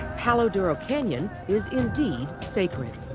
palo duro canyon is indeed sacred.